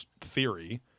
theory